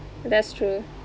that's true